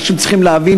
אנשים צריכים להבין,